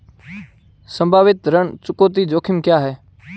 संभावित ऋण चुकौती जोखिम क्या हैं?